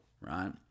right